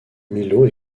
milo